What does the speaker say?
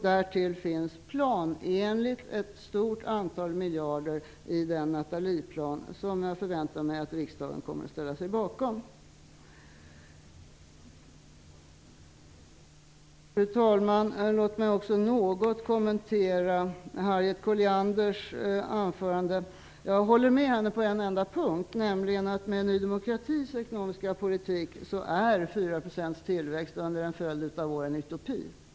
Därtill finns planenligt ett stort antal miljarder i den Nathalieplan som jag förväntar mig att riksdagen kommer att ställa sig bakom. Fru talman! Jag vill också något kommentera Harriet Collianders anförande. Jag håller med henne på en enda punkt, nämligen att med Ny demokratis ekonomiska politik är 4 % tillväxt under en följd av år en utopi.